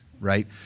right